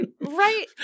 Right